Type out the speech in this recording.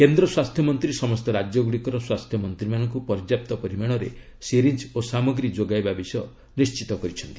କେନ୍ଦ୍ର ସ୍ୱାସ୍ଥ୍ୟମନ୍ତ୍ରୀ ସମସ୍ତ ରାଜ୍ୟଗୁଡ଼ିକର ସ୍ୱାସ୍ଥ୍ୟମନ୍ତ୍ରୀମାନଙ୍କୁ ପର୍ଯ୍ୟାପ୍ତ ପରିମାଣରେ ସିରିଞ୍ଜ୍ ଓ ସାମଗ୍ରୀ ଯୋଗାଇବା ବିଷୟ ନିର୍ଣ୍ଣିତ କରିଛନ୍ତି